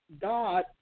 God